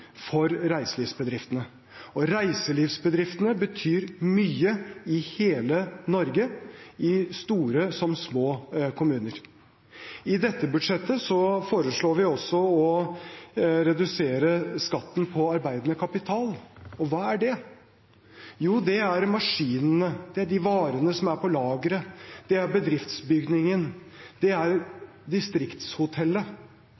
for reiselivsbedriftene. Og reiselivsbedriftene betyr mye i hele Norge – i store som små kommuner. I dette budsjettet foreslår vi også å redusere skatten på arbeidende kapital, og hva er det? Jo, det er maskinene, de varene som er på lageret, det er bedriftsbygningen, det